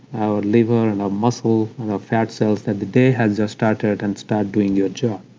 our liver, and our muscle, and our fat cells that the day has just started and start doing your job